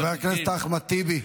חבר הכנסת אחמד טיבי.